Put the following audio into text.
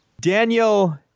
Daniel